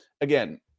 again